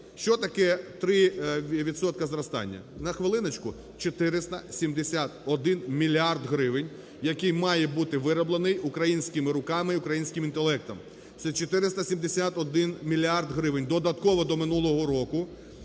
Що таке 3 відсотки зростання? На хвилиночку, 471 мільярд гривень, який має бути вироблений українськими руками і українським інтелектом. Це 471 мільярд гривень додатково до минулого року,